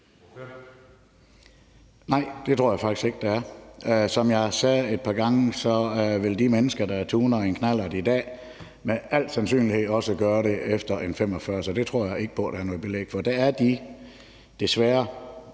Nej, det tror jeg faktisk ikke at der er. Som jeg har sagt et par gange, vil de mennesker, der tuner en knallert i dag, med al sandsynlighed også gøre det med en knallert 45, så det tror jeg ikke på at der er noget belæg for. Det er desværre